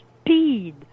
speed